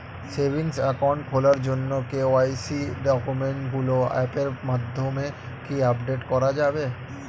Savings account খোলার জন্য KYC ডকুমেন্টগুলো অ্যাপের মাধ্যমে কি আপডেট করা যাবে?